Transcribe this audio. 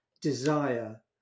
desire